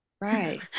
right